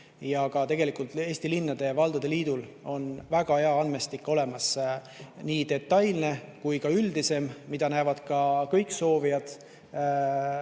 ja tegelikult ka Eesti Linnade ja Valdade Liidul on väga hea andmestik olemas, nii detailne kui ka üldisem. Seda näevad kõik soovijad